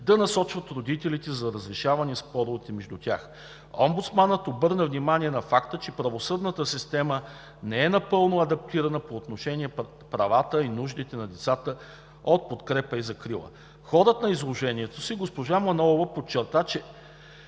да насочват родителите за разрешаване на споровете между тях. Омбудсманът обърна внимание на факта, че правосъдната система не е напълно адаптирана по отношение на правата и нуждите на децата от подкрепа и закрила. В хода на изложението си госпожа Манолова подчерта, че